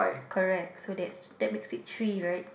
correct so that's that makes it three right